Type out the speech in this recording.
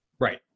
Right